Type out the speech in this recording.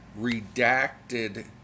redacted